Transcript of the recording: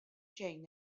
xejn